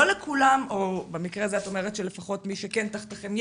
לא לכולם או במקרה הזה את אומרת שמי שכן תחתיכם,